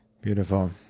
Beautiful